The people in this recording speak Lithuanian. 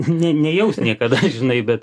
ne nejaus niekada žinai bet